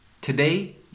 today